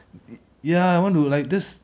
ya I want to like that's